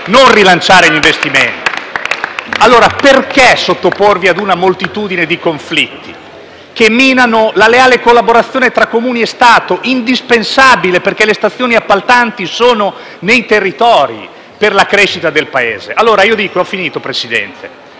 non rilanciare gli investimenti, perché sottoporvi ad una moltitudine di conflitti che minano la leale collaborazione tra Comuni e Stato, che è indispensabile (perché le stazioni appaltanti sono nei territori) per la crescita del Paese? *(Applausi dal Gruppo PD).*